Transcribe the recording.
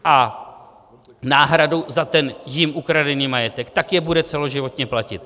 A náhradou za ten jím ukradený majetek je bude celoživotně platit.